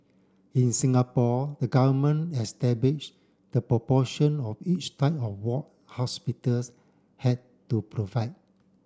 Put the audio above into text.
in Singapore the government establish the proportion of each type of ward hospitals had to provide